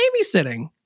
babysitting